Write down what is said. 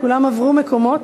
כולם עברו מקומות.